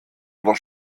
oder